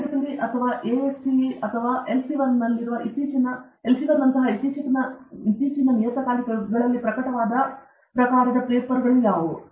IEEE ಅಥವಾ ASEE ಅಥವಾ ಎಲ್ಸೆವಿಯರ್ನಲ್ಲಿ ಇತ್ತೀಚಿನ ನಿಯತಕಾಲಿಕಗಳಲ್ಲಿ ಪ್ರಕಟವಾದ ಪ್ರಕಾರದ ಪೇಪರ್ಗಳು ಯಾವುವು